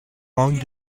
long